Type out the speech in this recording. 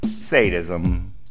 Sadism